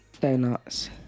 Donuts